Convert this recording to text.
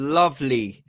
lovely